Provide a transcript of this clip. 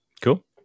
cool